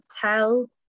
tell